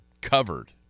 covered